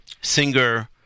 singer